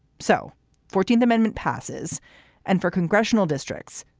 so fourteenth amendment passes and for congressional districts,